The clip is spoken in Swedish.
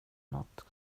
något